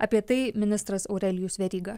apie tai ministras aurelijus veryga